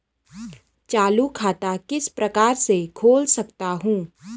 चालू खाता किस प्रकार से खोल सकता हूँ?